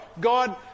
God